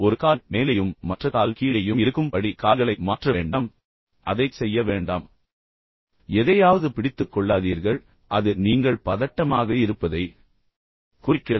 ஒரு கால் மேலேயும் பின்னர் மற்ற கால் கீழேயும் இருக்கும் படி கால்களை மாற்ற வேண்டாம் எனவே அந்த வகையான ஒரு கணத்தை செய்ய வேண்டாம் எதையாவது பிடித்துக் கொள்ளாதீர்கள் எதையும் மிகவும் உறுதியாகப் பிடித்துக் கொள்வது நீங்கள் பதட்டமாக இருப்பதை குறிக்கிறது